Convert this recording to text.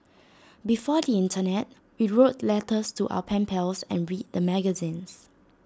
before the Internet we wrote letters to our pen pals and read the magazines